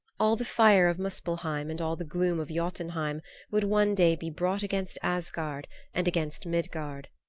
all the fire of muspelheim and all the gloom of jotunheim would one day be brought against asgard and against midgard.